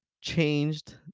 changed